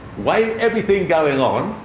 weigh everything going on,